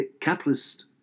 capitalist